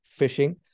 phishing